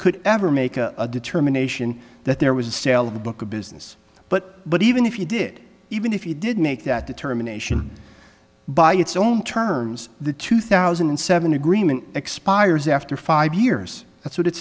could ever make a determination that there was a sale of the book a business but but even if you did even if you did make that determination by its own terms the two thousand and seven agreement expires after five years that's what it